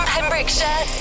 Pembrokeshire